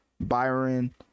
Byron